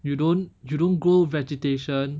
you don't you don't grow vegetation